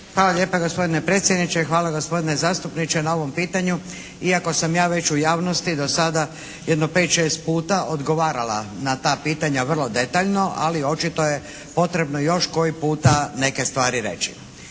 Hvala lijepa gospodine predsjedniče, hvala gospodine zastupniče na ovom pitanju. Iako sam ja već u javnosti do sada jedno pet, šest puta odgovarala na ta pitanja vrlo detaljno. Ali očito je potrebno još koji puta neke stvari reći.